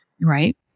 Right